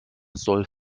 soll